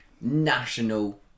national